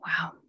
Wow